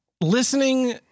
Listening